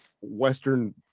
Western